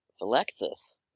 Alexis